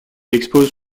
expose